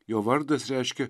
jo vardas reiškia